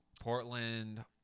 Portland